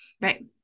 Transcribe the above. Right